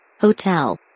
Hotel